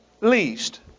least